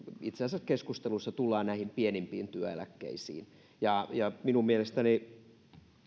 itse asiassa näihin pienimpiin työeläkkeisiin minun mielestäni